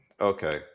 Okay